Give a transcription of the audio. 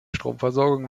stromversorgung